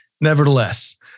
nevertheless